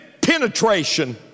penetration